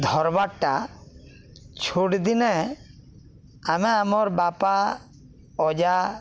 ଧରବାର୍ଟା ଛୋଟ୍ ଦିନେ ଆମେ ଆମର୍ ବାପା ଅଜା